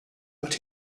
but